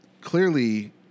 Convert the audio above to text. clearly